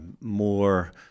more